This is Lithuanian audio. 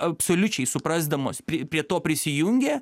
absoliučiai suprasdamos prie to prisijungė